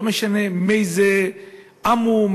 לא משנה מאיזה עם הוא,